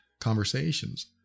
conversations